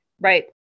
Right